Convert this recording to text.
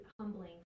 humbling